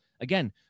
Again